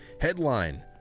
headline